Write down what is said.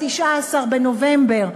ב-19 בנובמבר,